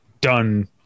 done